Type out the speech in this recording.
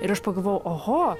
ir aš pagalvojau oho